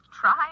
try